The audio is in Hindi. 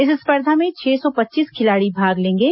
इस स्पर्धा में छह सौ पच्चीस खिलाड़ी भाग लेंगे